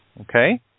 Okay